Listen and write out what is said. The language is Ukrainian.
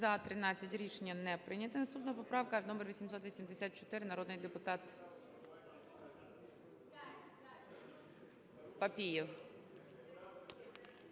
За-13 Рішення не прийнято. Наступна поправка - номер 884. Народний депутат Папієв.